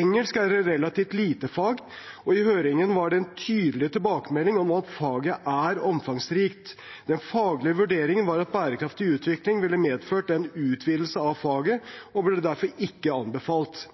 Engelsk er et relativt lite fag, og i høringen var det en tydelig tilbakemelding om at faget er omfangsrikt. Den faglige vurderingen var at bærekraftig utvikling ville medført en utvidelse av faget, og ble derfor ikke anbefalt.